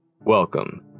Welcome